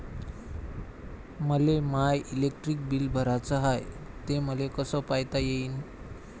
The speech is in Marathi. मले माय इलेक्ट्रिक बिल भराचं हाय, ते मले कस पायता येईन?